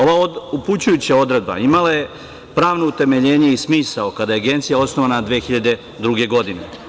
Ova upućujuća odredba imala je pravno utemeljenje i smisao kada je Agencija osnovana 2002. godine.